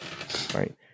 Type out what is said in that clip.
Right